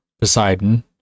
Poseidon